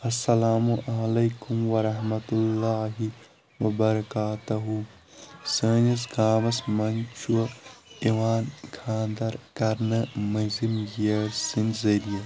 اسلام عليكم ورحمة الله وبركاته سٲنِس گامس منٛز چھُ یِوان کھانٛدر کرنہٕ مٔنٛزِم یٲرۍ سٕنٛدۍ ذٔریعہٕ